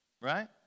Right